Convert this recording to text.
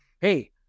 Hey